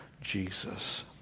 Jesus